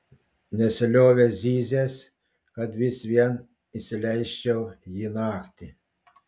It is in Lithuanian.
nesiliovė zyzęs kad vis vien įsileisčiau jį naktį